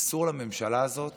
אסור לממשלה הזאת